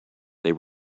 they